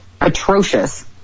atrocious